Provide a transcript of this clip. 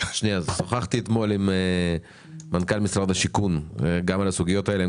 שוחחתי אתמול עם מנכ"ל משרד השיכון גם על הסוגיות האלה.